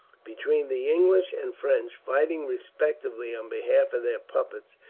between the english and french, fighting respectively on behalf of their puppets,